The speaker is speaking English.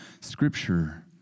Scripture